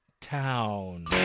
Town